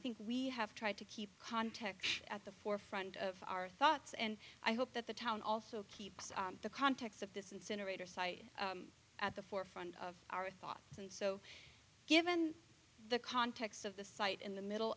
think we have tried to keep context at the forefront of our thoughts and i hope that the town also keeps the context of this incinerator site at the forefront of our thoughts and so given the context of the site in the middle